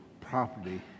property